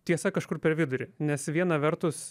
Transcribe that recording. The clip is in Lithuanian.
tiesa kažkur per vidurį nes viena vertus